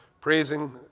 praising